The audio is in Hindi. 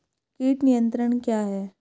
कीट नियंत्रण क्या है?